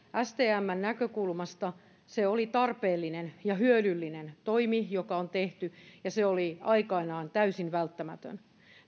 stmn näkökulmasta se oli tarpeellinen ja hyödyllinen toimi joka on tehty ja se oli aikoinaan täysin välttämätön